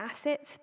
assets